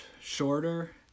shorter